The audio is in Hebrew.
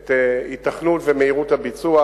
את היתכנות ומהירות הביצוע,